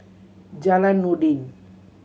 Jalan Noordin